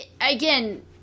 Again